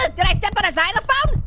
but did i step on a xylophone?